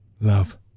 Love